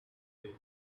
days